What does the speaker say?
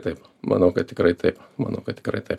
taip manau kad tikrai taip manau kad tikrai taip